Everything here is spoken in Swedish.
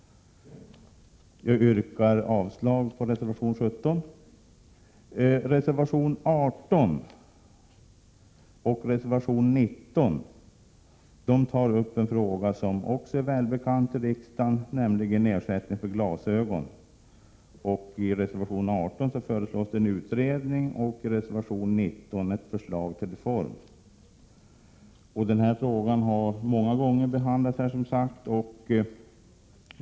Jag yrkar avslag på reservation 17. Reservationerna 18 och 19 tar upp en fråga som också är välbekant för riksdagen, nämligen ersättning för glasögon. I reservation 18 föreslås en utredning, och i reservation 19 en reform. Denna fråga har som sagt behandlats här många gånger.